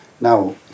Now